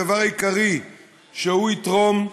הדבר העיקרי שהוא יתרום,